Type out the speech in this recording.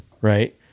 right